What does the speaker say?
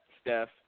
Steph